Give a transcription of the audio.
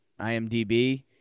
IMDb